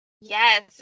Yes